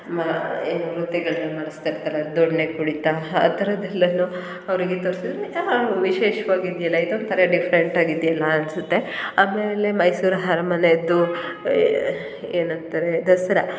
ಮಾ ಏನು ಮೂರ್ತಿಗಳನ್ನ ಮಾಡಿಸ್ತಾ ಇರ್ತಾರೆ ದೊಣ್ಣೆ ಕುಣಿತ ಆ ಥರದ್ದು ಎಲ್ಲನೂ ಅವರಿಗೆ ತೋರಿಸಿದ್ರೆ ವಾವ್ ವಿಶೇಷ್ವಾಗಿ ಇದೆಯಲ್ಲ ಇದು ಒಂಥರ ಡಿಫ್ರೆಂಟಾಗಿ ಇದೆಯಲ್ಲ ಅನಿಸುತ್ತೆ ಆಮೇಲೆ ಮೈಸೂರು ಅರ್ಮನೆದು ಏನು ಅಂತಾರೆ ದಸರಾ